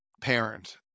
parent